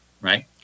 right